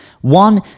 One